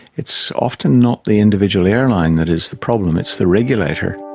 it's often not the individual airline that is the problem, it's the regulator.